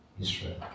Israel